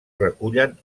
recullen